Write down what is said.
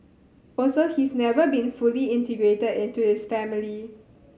also he's never been fully integrated into his family